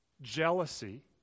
jealousy